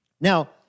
Now